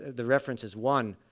the reference is one.